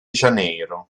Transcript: janeiro